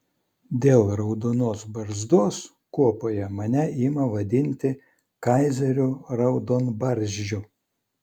dėl raudonos barzdos kuopoje mane ima vadinti kaizeriu raudonbarzdžiu